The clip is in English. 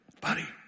buddy